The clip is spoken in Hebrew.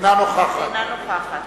אינה נוכחת